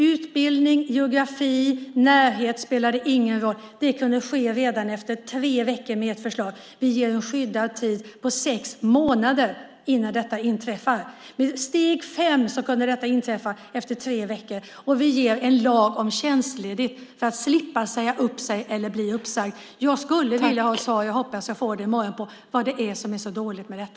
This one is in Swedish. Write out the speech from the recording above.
Utbildning, geografi, närhet spelade ingen roll. Med ert förslag kunde det ske redan efter tre veckor. Vi ger en skyddad tid på sex månader innan det inträffar. Med steg fem kunde detta inträffa efter tre veckor. Vi inför också en lag om tjänstledigt för att man ska slippa säga upp sig eller bli uppsagd. Jag skulle vilja ha svar på vad som är så dåligt med detta. Jag hoppas att jag får det i morgon.